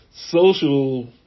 social